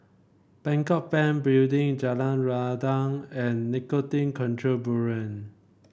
Bangkok Bank Building Jalan Rendang and Narcotin Control Bureau